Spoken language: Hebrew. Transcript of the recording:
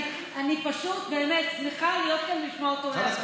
אני פשוט באמת שמחה להיות כאן ולשמוע אותו עולה.